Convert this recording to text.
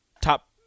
top